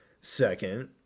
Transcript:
Second